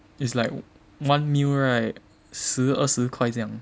it's like one meal right 十二十块这样